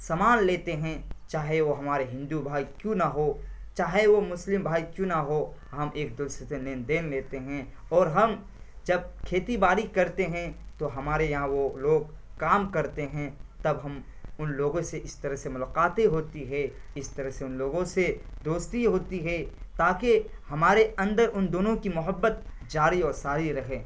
سامان لیتے ہیں چاہے وہ ہمارے ہندو بھائی کیوں نہ ہو چاہے وہ مسلم بھائی کیوں نہ ہو ہم ایک دوسرے سے لین دین لیتے ہیں اور ہم جب کھیتی باڑی کرتے ہیں تو ہمارے یہاں وہ لوگ کام کرتے ہیں تب ہم ان لوگوں سے اس طرح سے ملاقاتیں ہوتی ہے اس طرح سے ان لوگوں سے دوستی ہوتی ہے تاکہ ہمارے اندر ان دونوں کی محبت جاری و ساری رہے